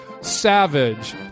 savage